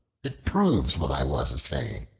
it proves what i was a-saying.